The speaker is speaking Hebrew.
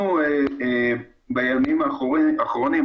בימים האחרונים,